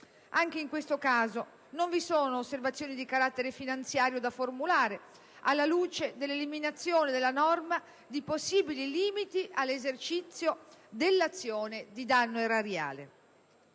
Anche in questo caso, non vi sono osservazioni di carattere finanziario da formulare alla luce dell'eliminazione dalla norma di possibili limiti all'esercizio dell'azione di danno erariale.